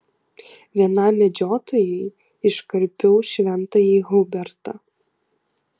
vienam medžiotojui iškarpiau šventąjį hubertą